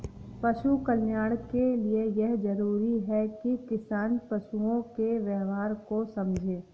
पशु कल्याण के लिए यह जरूरी है कि किसान पशुओं के व्यवहार को समझे